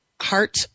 heart